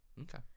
okay